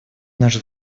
наш